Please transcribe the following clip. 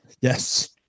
yes